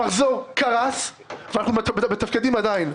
המחזור קרס ואנחנו מתפקדים עדיין.